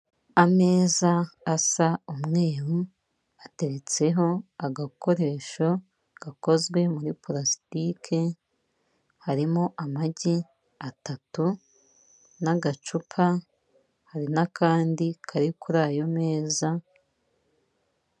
Ameza asa umweru ateretseho agakoresho gakozwe muri pulasitike, harimo amagi atatu n'agacupa, hari n'akandi kari kuri ayo meza.